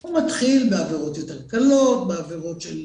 הוא מתחיל בעבירות יותר קלות, בעבירות של